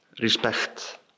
respect